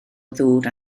ddŵr